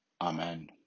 Amen